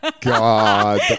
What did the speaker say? God